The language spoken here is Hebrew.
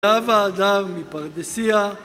אותה ועדה מפרדסיה